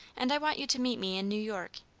and i want you to meet me in new york,